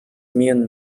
mian